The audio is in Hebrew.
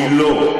היא לא.